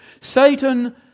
Satan